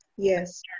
yes